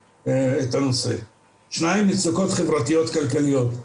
שתיים, מצוקות חברתיות כלכליות.